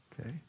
Okay